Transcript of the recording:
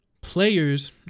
players